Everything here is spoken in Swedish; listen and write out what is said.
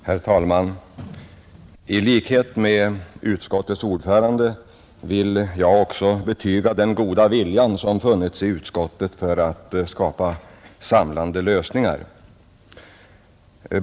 Herr talman! I likhet med utskottets ordförande vill jag betyga den goda vilja som funnits i utskottet att skapa samlande lösningar.